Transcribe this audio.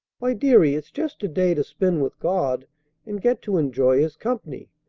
why, deary, it's just a day to spend with god and get to enjoy his company,